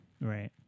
Right